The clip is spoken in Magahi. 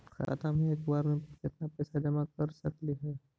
खाता मे एक बार मे केत्ना पैसा जमा कर सकली हे?